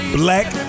black